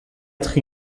être